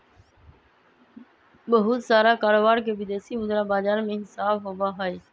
बहुत सारा कारोबार के विदेशी मुद्रा बाजार में हिसाब होबा हई